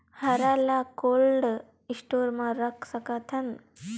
हरा ल cold store म रख सकथन?